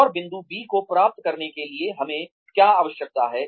और बिंदु बी को प्राप्त करने के लिए हमें क्या आवश्यकता है